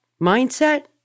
mindset